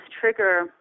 trigger